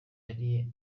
hari